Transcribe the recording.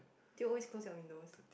do you always close your window